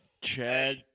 Chad